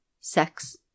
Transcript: sex